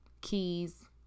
Keys